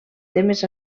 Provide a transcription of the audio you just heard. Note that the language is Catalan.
temes